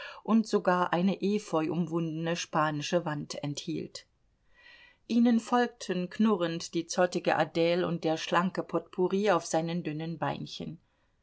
und sogar eine efeuumwundene spanische wand enthielt ihnen folgten knurrend die zottige adle und der schlanke potpourri auf seinen dünnen beinchen